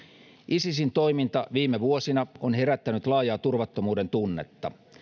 isisin toiminta viime vuosina on herättänyt laajaa turvattomuuden tunnetta